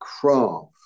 craft